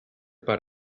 per